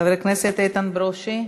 חבר הכנסת איתן ברושי,